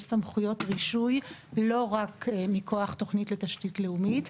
סמכויות רישוי לא רק מכוח תכנית לתשתית לאומית,